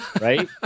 right